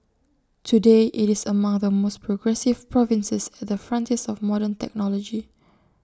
today IT is among the most progressive provinces at the frontiers of modern technology